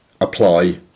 apply